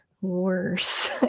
worse